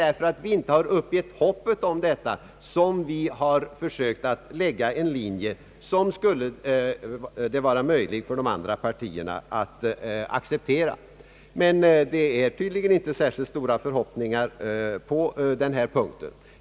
Eftersom vi inte har uppgivit hoppet om detta, har vi försökt att lägga en linje som det skulle vara möjligt för de andra partierna att acceptera. Det finns dock i dag inte stora förhoppningar på denna punkt.